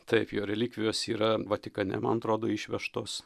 taip jo relikvijos yra vatikane man atrodo išvežtos